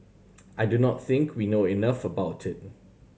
I do not think we know enough about it